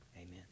amen